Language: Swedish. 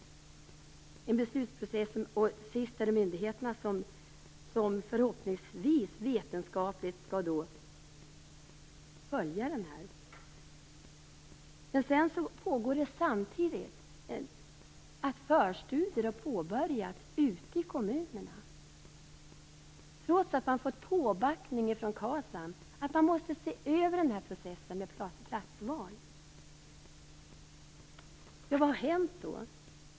Till sist är det myndigheterna som förhoppningsvis vetenskapligt skall följa detta. Samtidigt har förstudier påbörjats ute i kommunerna. Detta trots att man fått påpekande av KASAM att man måste se över processen med platsval. Vad har då hänt?